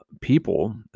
people